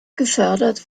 gefördert